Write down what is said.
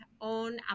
on